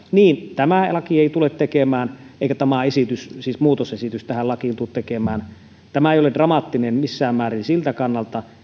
niin ei tule tekemään tämä laki eikä muutosesitys tähän lakiin tämä ei ole dramaattinen missään määrin siltä kannalta